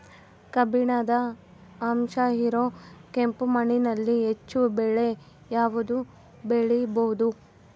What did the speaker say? ಕಬ್ಬಿಣದ ಅಂಶ ಇರೋ ಕೆಂಪು ಮಣ್ಣಿನಲ್ಲಿ ಹೆಚ್ಚು ಬೆಳೆ ಯಾವುದು ಬೆಳಿಬೋದು?